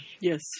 Yes